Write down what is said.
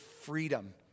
freedom